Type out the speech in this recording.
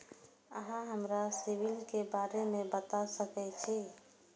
अहाँ हमरा सिबिल के बारे में बता सके छी?